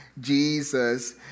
Jesus